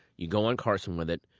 you go on carson with it,